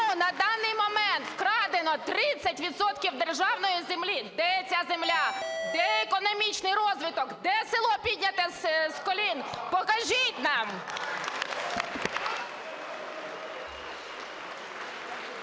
на даний момент вкрадено 30 відсотків державної землі? Де ця земля? Де економічний розвиток, де село, підняте з колін, покажіть нам.